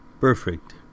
perfect